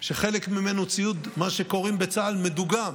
שחלק ממנו הוא ציוד, מה שקוראים בצה"ל, "מדוגם",